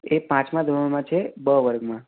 એ પાંચમા ધોરણમાં છે બ વર્ગમાં